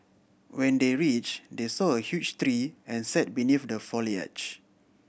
when they reach they saw a huge tree and sat beneath the foliage